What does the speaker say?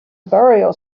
burial